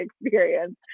experience